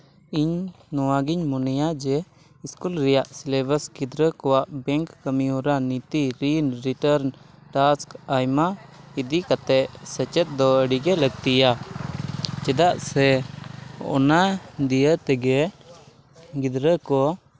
ᱤᱧ ᱱᱚᱣᱟᱜᱤᱧ ᱢᱚᱱᱮᱭᱟ ᱡᱮ ᱥᱠᱩᱞ ᱨᱮᱭᱟᱜ ᱥᱤᱞᱮᱵᱟᱥ ᱜᱤᱫᱽᱨᱟᱹ ᱠᱚᱣᱟᱜ ᱵᱮᱝᱠ ᱠᱟᱹᱢᱤᱦᱚᱨᱟ ᱱᱤᱛᱤ ᱨᱤᱱ ᱨᱤᱴᱟᱨᱱ ᱴᱟᱥᱠ ᱟᱭᱢᱟ ᱤᱫᱤᱠᱟᱛᱮ ᱥᱮᱪᱮᱫ ᱫᱚ ᱟᱹᱰᱤ ᱜᱮ ᱞᱟᱹᱠᱛᱤᱭᱟ ᱪᱮᱫᱟᱜ ᱥᱮ ᱚᱱᱟ ᱫᱤᱭᱮ ᱛᱮᱜᱮ ᱜᱤᱫᱽᱨᱟᱹ ᱠᱚ